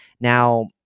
Now